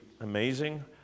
amazing